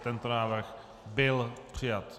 Tento návrh byl přijat.